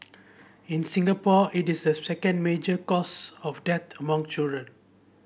in Singapore it is the second major cause of death among children